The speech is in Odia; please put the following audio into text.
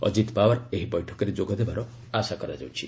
ଅଜିତ ପାୱାର ଏହି ବୈଠକରେ ଯୋଗ ଦେବାର ଆଶା କରାଯାଉଛି